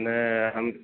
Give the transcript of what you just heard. नहि हम